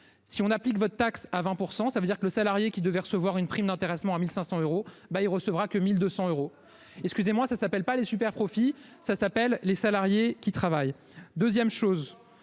si on applique votre taxe à 20%. Ça veut dire que le salarié qui devait recevoir une prime d'intéressement à 1500 euros ben il recevra que 1200 euros. Excusez-moi, ça s'appelle pas les super profits, ça s'appelle les salariés qui travaillent 2ème chose